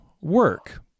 work